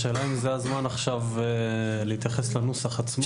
השאלה אם זה הזמן עכשיו להתייחס לנוסח עצמו?